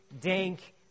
dank